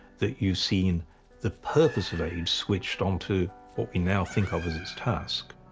that you've seen the purpose of aid switched on to what we now think of as its task.